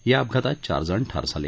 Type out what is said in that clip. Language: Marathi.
या अपघातात चार जण ठार झाले